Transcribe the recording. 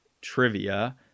trivia